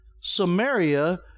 Samaria